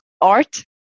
art